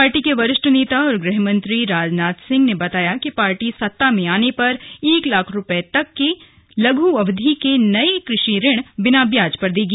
party के वरिष्ठ नेता और गृहमंत्री राजनाथ सिंह ने बताया कि पार्टी सत्ता में आने पर एक लाख रूपये तक के लघ् अवधि के नये कृषि ऋण बिना ब्याज पर देगी